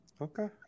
Okay